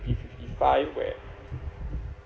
maybe fifty five where